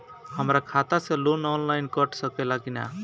हमरा खाता से लोन ऑनलाइन कट सकले कि न?